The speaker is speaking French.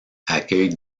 accueille